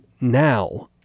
now